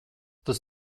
tas